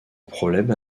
problème